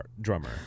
drummer